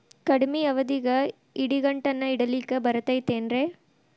ಕಡಮಿ ಅವಧಿಗೆ ಇಡಿಗಂಟನ್ನು ಇಡಲಿಕ್ಕೆ ಬರತೈತೇನ್ರೇ?